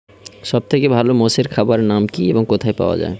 সব থেকে ভালো মোষের খাবার নাম কি ও কোথায় পাওয়া যায়?